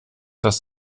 dass